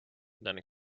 then